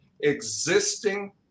existing